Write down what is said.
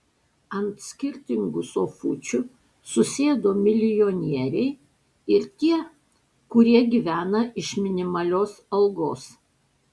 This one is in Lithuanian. ant skirtingų sofučių susėdo milijonieriai ir tie kurie gyvena iš minimalios algos